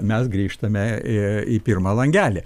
mes grįžtame į pirmą langelį